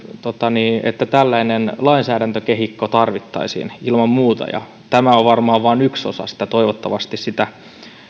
että tällainen lainsäädäntökehikko tarvittaisiin ilman muuta ja tämä on varmaan vain yksi osa sitä toivottavasti sitä